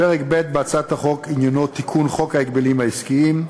פרק ב' בהצעת החוק עניינו תיקון חוק ההגבלים העסקיים,